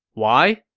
why?